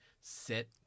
sit